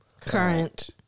current